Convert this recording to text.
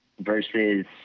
versus